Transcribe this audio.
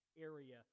area